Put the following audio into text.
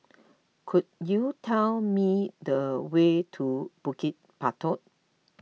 could you tell me the way to Bukit Batok